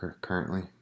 currently